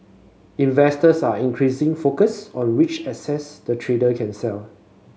investors are increasingly focused on which assets the trader can sell